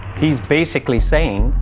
he's basically saying,